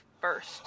first